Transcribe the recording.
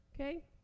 Okay